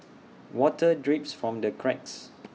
water drips from the cracks